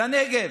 לנגב,